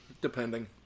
depending